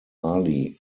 ali